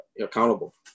accountable